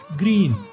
green